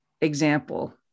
example